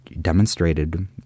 demonstrated